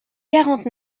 quarante